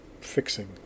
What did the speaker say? fixing